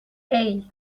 hey